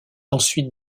ensuite